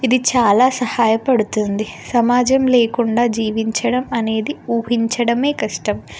ఇది చాలా సహాయపడుతుంది సమాజం లేకుండా జీవించడం అనేది ఊహించడమే కష్టం